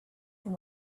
and